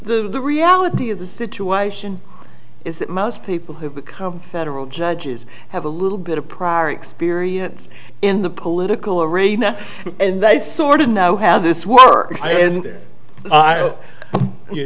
and the reality of the situation is that most people who become federal judges have a little bit of prior experience in the political arena and they sort of know how this works